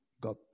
God